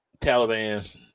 Taliban